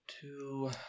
two